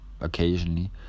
occasionally